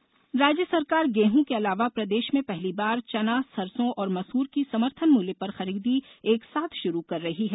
खाद्यान्न खरीदी राज्य सरकार गेहूं के अलावा प्रदेश में पहली बार चना सरसों और मसूर की समर्थन मूल्य पर खरीदी एक साथ शुरू कर रही है